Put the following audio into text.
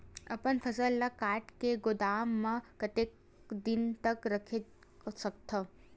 अपन फसल ल काट के गोदाम म कतेक दिन तक रख सकथव?